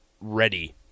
ready